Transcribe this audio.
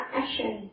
action